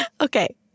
Okay